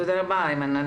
תודה רבה איימן.